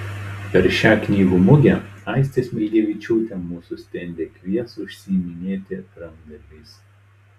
per šią knygų mugę aistė smilgevičiūtė mūsų stende kvies užsiiminėti rankdarbiais